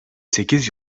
sekiz